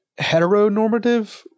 heteronormative